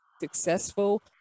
successful